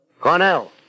Cornell